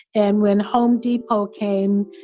and when home depot came,